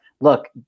look